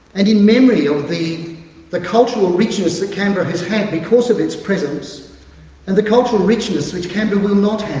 and in memory of the the cultural richness that canberra has had because of its presence and the cultural richness which canberra will not have